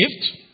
gift